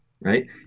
Right